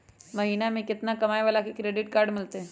महीना में केतना कमाय वाला के क्रेडिट कार्ड मिलतै?